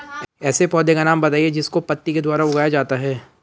ऐसे पौधे का नाम बताइए जिसको पत्ती के द्वारा उगाया जाता है